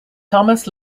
thomas